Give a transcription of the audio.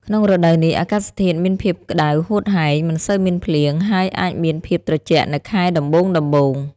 ក្នុងរដូវនេះអាកាសធាតុមានភាពក្តៅហួតហែង មិនសូវមានភ្លៀង ហើយអាចមានភាពត្រជាក់នៅខែដំបូងៗ។